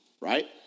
right